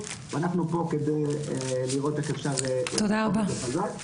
ואנחנו פה כדי לראות איך אפשר לדחוף את זה חזק.